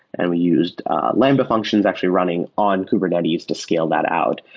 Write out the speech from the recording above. and we used lambda functions actually running on kubernetes to scale that out.